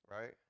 right